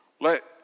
Let